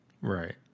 Right